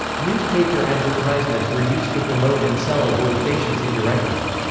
newspaper advertisements were used to promote and sell abortifacients indirectly.